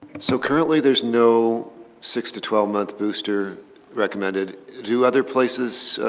so, currently there's no six to twelve month booster recommended? do other places,